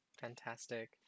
Fantastic